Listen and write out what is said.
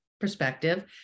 perspective